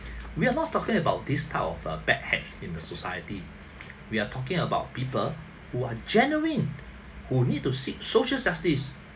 we are not talking about this type of uh bad hats in the society we are talking about people who are genuine who need to seek social justice